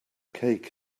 cake